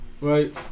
right